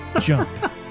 jump